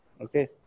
Okay